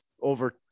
over